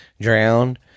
drowned